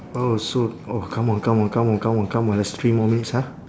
oh soon oh come on come on come on come on come on there's three more minutes ah